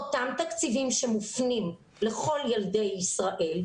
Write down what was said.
אותם תקציבים שמופנים לכל ילדי ישראל,